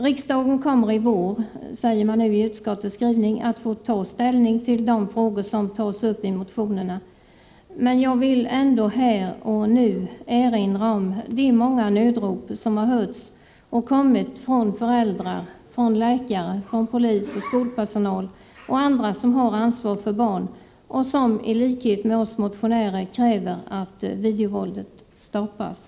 Riksdagen kommer i vår, säger man i utskottets skrivning, att få ta ställning till de frågor som tas upp i motionerna, men jag vill ändå här och nu erinra om de många nödrop som har hörts från föräldrar, läkare, poliser, skolpersonal och andra som har ansvar för barn och som i likhet med oss motionärer kräver att videovåldet stoppas.